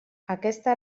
aquesta